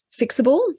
fixable